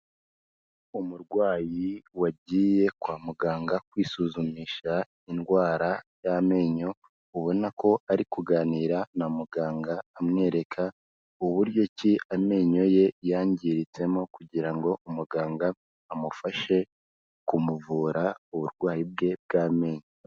Umurwayi wagiye kwa muganga kwisuzumisha indwara y'amenyo, ubona ko ari kuganira na muganga, amwereka uburyo ki amenyo ye yangiritsemo kugira ngo umuganga amufashe kumuvura uburwayi bwe bw'amenyo.